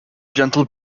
gentle